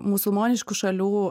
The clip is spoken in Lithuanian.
musulmoniškų šalių